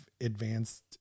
advanced